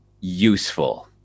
useful